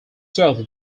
served